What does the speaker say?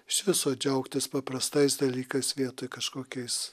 iš viso džiaugtis paprastais dalykais vietoj kažkokiais